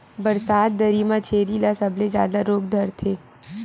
बरसात दरी म छेरी ल सबले जादा रोग धरथे